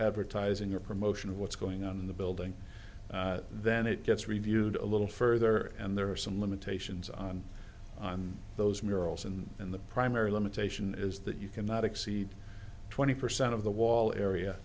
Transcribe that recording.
advertising your promotion of what's going on in the building then it gets reviewed a little further and there are some limitations on those murals and in the primary limitation is that you cannot exceed twenty percent of the wall area